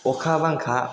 अखा बांखा